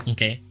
Okay